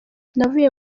navuye